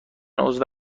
عضو